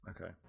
Okay